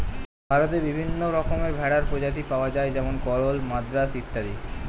ভারতে বিভিন্ন রকমের ভেড়ার প্রজাতি পাওয়া যায় যেমন গরল, মাদ্রাজ অত্যাদি